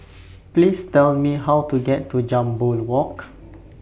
Please Tell Me How to get to Jambol Walk